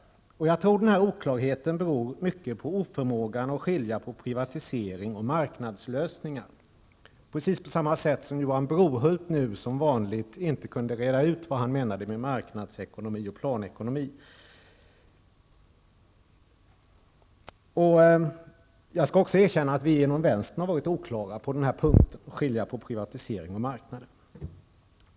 Jag tror att denna oklarhet mycket beror på oförmågan att skilja på privatisering och marknadslösningar -- precis som Johan Brohult här inte kunde reda ut vad han menade med marknadsekonomi och planekonomi. Jag skall erkänna att vi också inom vänstern har varit oklara på denna punkt, när det gäller att skilja på privatisering och marknad.